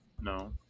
No